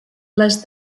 les